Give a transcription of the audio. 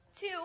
Two